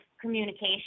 communication